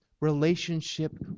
relationship